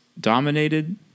dominated